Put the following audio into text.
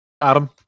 Adam